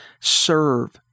serve